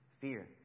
Fear